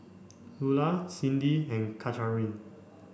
Ula Cyndi and Katharyn